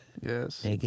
Yes